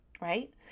right